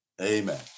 Amen